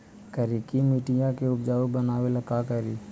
करिकी मिट्टियां के उपजाऊ बनावे ला का करी?